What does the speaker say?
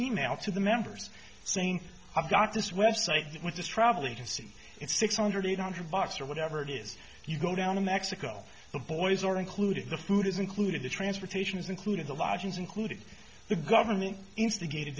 e mail to the members saying i've got this website which is travel agency it's six hundred eight hundred bucks or whatever it is you go down to mexico the boys or including the food is included the transportation is included the lodgings included the government instigate